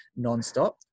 nonstop